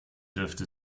dürfte